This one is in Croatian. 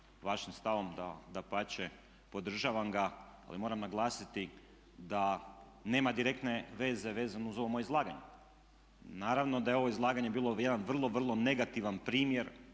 vašim stavom, dapače podržavam ga. Ali moram naglasiti da nema direktne veze vezano uz ovo moje izlaganje. Naravno da je ovo izlaganje bilo jedan vrlo, vrlo negativan primjer